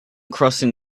crossing